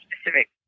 specific